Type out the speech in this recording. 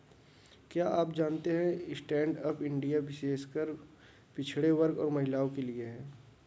क्या आप जानते है स्टैंडअप इंडिया विशेषकर पिछड़े वर्ग और महिलाओं के लिए है?